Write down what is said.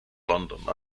london